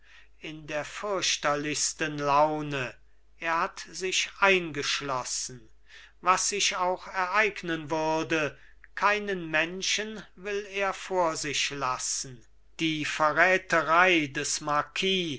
in der fürchterlichsten laune er hat sich eingeschlossen was sich auch ereignen würde keinen menschen will er vor sich lassen die verräterei des marquis